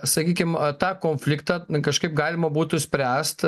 sakykime tą konfliktą kažkaip galima būtų spręst